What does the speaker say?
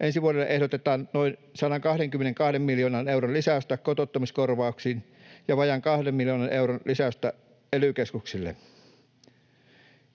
ensi vuodelle ehdotetaan noin 122 miljoonan euron lisäystä kotouttamiskorvauksiin ja vajaan kahden miljoonan euron lisäystä ely-keskuksille.